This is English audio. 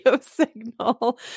signal